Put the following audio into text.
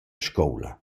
scoula